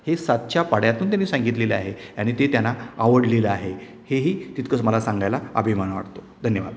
हे सात च्या पाढ्यातून त्यांनी सांगितलेलं आहे आणि ते त्यांना आवडलेलं आहे हेही तितकंच मला सांगायला अभिमान वाटतो धन्यवाद